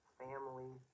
family